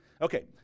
Okay